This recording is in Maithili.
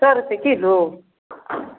सओ रुपैए किलो